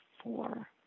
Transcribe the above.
four